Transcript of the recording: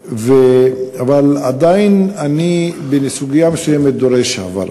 אבל עדיין בסוגיה מסוימת אני דורש הבהרה.